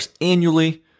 annually